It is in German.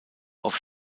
auf